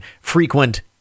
frequent